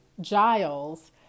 Giles